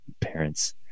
parents